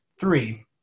Three